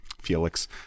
Felix